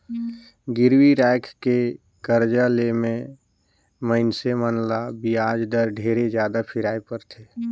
गिरवी राखके करजा ले मे मइनसे मन ल बियाज दर ढेरे जादा फिराय परथे